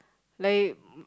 like